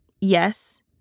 yes